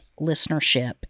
listenership